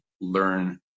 learn